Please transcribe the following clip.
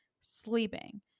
sleeping